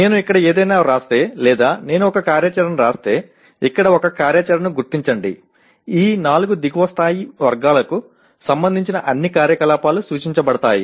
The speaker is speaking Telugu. నేను ఇక్కడ ఏదైనా వ్రాస్తే లేదా నేను ఒక కార్యాచరణ వ్రాస్తే ఇక్కడ ఒక కార్యాచరణను గుర్తించండి ఈ నాలుగు దిగువ స్థాయి వర్గాలకు సంబంధించిన అన్ని కార్యకలాపాలు సూచించబడతాయి